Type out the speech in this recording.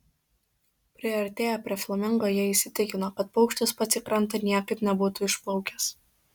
priartėję prie flamingo jie įsitikino kad paukštis pats į krantą niekaip nebūtų išplaukęs